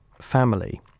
family